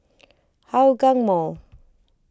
Hougang Mall